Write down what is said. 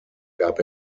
gab